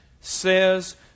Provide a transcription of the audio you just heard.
says